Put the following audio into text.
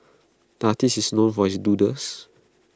the artist is known for his doodles